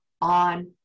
on